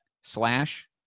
slash